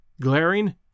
glaring